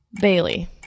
Bailey